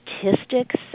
statistics